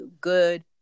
Good